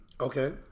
Okay